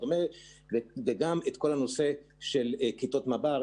כיתות מב"ר,